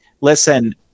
listen